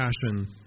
passion